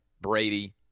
Brady